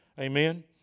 Amen